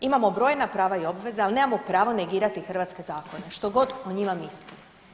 Imamo brojna prava i obveze, ali nemamo pravo negirati hrvatske zakone što god o njima mislili.